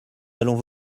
allons